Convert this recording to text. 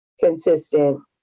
consistent